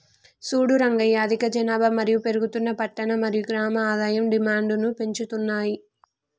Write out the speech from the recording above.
సూడు రంగయ్య అధిక జనాభా మరియు పెరుగుతున్న పట్టణ మరియు గ్రామం ఆదాయం డిమాండ్ను పెంచుతున్నాయి